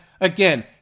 Again